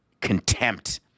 contempt